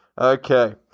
Okay